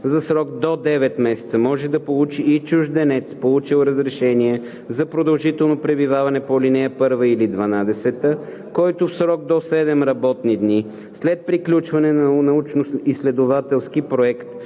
за срок до 9 месеца може да получи и чужденец, получил разрешение за продължително пребиваване по ал. 1 или 12, който в срок до 7 работни дни след приключване на научноизследователски проект